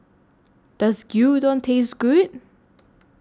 Does Gyudon Taste Good